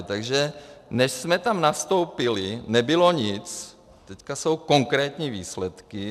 Takže než jsme tam nastoupili, nebylo nic, teď jsou konkrétní výsledky.